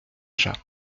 chat